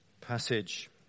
passage